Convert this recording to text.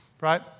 right